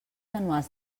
anuals